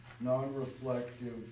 non-reflective